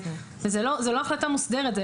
זאת לא החלטה מוסדרת.